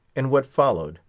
and what followed,